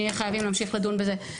נהיה חייבים להמשיך לדון בזה.